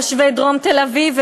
תושבי דרום תל-אביב,